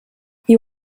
you